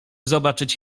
zobaczyć